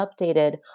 updated